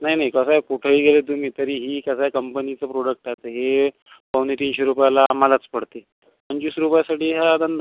नाही नाही कसं आहे कुठंही गेले तुम्ही तरी ही कसं आहे कंपनीचं प्रॉडक्ट असतं हे पावणे तीनशे रुपयाला आम्हालाच पडते पंचवीस रूपयासाठी हा धंदा